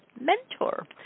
mentor